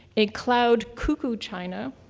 a cloud-cuckoo china,